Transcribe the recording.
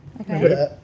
Okay